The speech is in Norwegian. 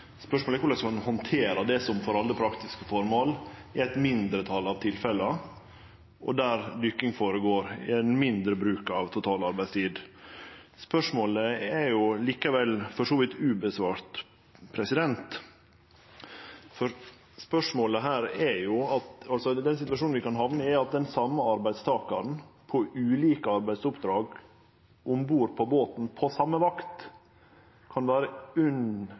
Spørsmålet er korleis ein handterer det som for alle praktiske føremål er eit mindretal av tilfella, og der dykking føregår i ein mindre bruk av total arbeidstid. Spørsmålet er likevel for så vidt ubesvart. Den situasjonen vi kan hamne i, er at den same arbeidstakaren, på ulike arbeidsoppdrag om bord på båten – på same vakt – kan vere